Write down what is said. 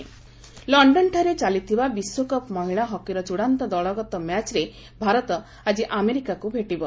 women's hockey ଲଣ୍ଡନଠାରେ ଚାଲିଥିବା ବିଶ୍ୱକପ୍ ମହିଳା ହକିର ଚୂଡ଼ାନ୍ତ ଦଳଗତ ମ୍ୟାଚ୍ରେ ଭାରତ ଆଜି ଆମେରିକାକୁ ଭେଟିବ